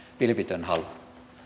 vilpitön halu